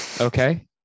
Okay